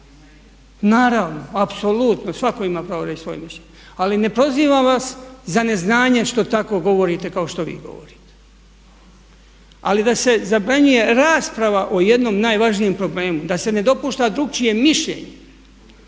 Naravno, apsolutno svatko ima pravo reći svoje mišljenje. Ali ne prozivam vas za neznanje što tako govorite kao što vi govorite. Ali da se zabranjuje rasprava o jednom najvažnijem problemu, da se ne dopušta drukčije mišljenje,